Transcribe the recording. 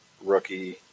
rookie